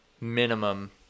minimum